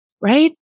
right